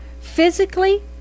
Physically